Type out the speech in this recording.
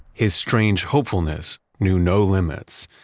his strange hopefulness knew no limits.